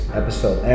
episode